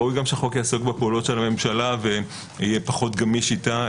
ראוי שהחוק יעסוק בפעולות של הממשלה ויהיה פחות גמיש איתה.